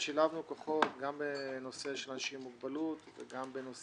שילבנו כוחות בעבר גם בנושא של אנשים עם מוגבלות וגם בנושא